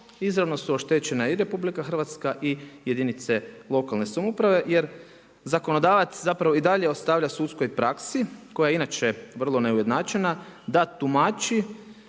izravno su oštećene i RH i jedinice lokalne samouprave jer zakonodavac zapravo i dalje ostavlja sudskoj praksi, koja je inače vrlo neujednačena, da tumači